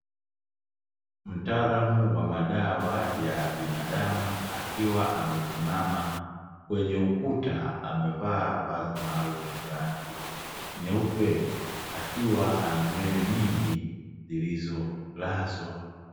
Mtaalamu wa madawa ya binadamu akiwa amesimama kwenye ukuta amevaa vazi maalumu lenye rangi nyeupe, akiwa ana nywele nyingi zilizolazwa.